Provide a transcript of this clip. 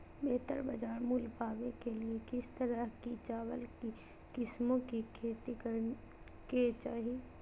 बेहतर बाजार मूल्य पाने के लिए किस तरह की चावल की किस्मों की खेती करे के चाहि?